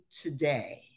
today